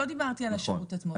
לא על השירות עצמו.